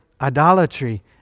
idolatry